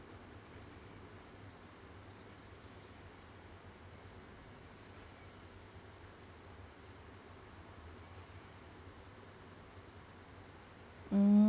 mm